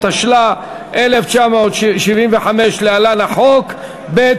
התשל"ה 1975 (להלן: החוק); ב.